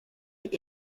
est